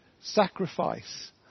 sacrifice